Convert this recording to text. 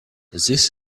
this